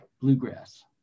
bluegrass